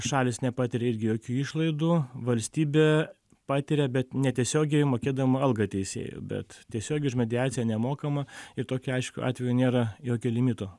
šalys nepatiria irgi jokių išlaidų valstybė patiria bet netiesiogiai mokėdama algą teisėjui bet tiesiogiai už mediaciją nemokama ir tokiu aišku atveju nėra jokio limito